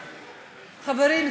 חברים,